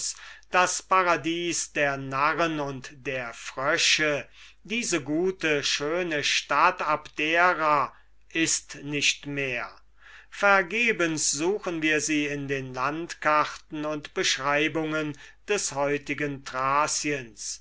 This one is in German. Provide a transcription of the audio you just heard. das paradies der narren und der frösche diese gute schöne stadt abdera ist nicht mehr vergebens suchen wir sie in den landcharten und beschreibungen des heutigen